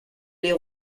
les